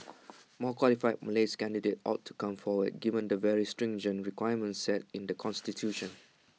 more qualified Malay's candidates ought to come forward given the very stringent requirements set in the Constitution